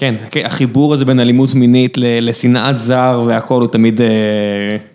‫כן, החיבור הזה בין אלימות מינית ‫לשנאת זר והכול הוא תמיד...